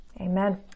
amen